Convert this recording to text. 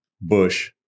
Bush